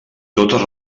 totes